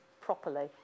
properly